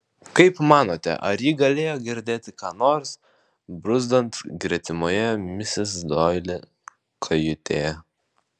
kaip manote ar ji galėjo girdėti ką nors bruzdant gretimoje misis doili kajutėje